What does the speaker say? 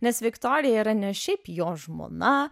nes viktorija yra ne šiaip jo žmona